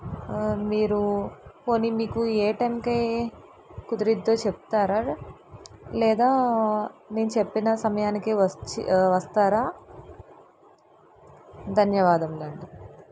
మీరు పోనీ మీకు ఏ టైంకి కుదిరిద్దో చెప్తారా లేదా నేను చెప్పిన సమయానికి వచ్చి వస్తారా ధన్యవాదములు అండి